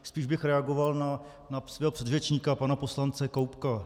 Spíš bych reagoval na svého předřečníka pana poslance Koubka.